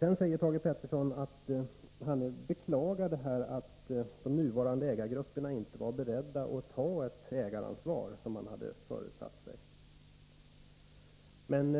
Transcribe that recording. Thage Peterson säger att han beklagar att de nuvarande ägargrupperna inte var beredda att ta ett ägaransvar på det sätt som han hade förutsatt. Men